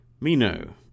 Mino